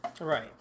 right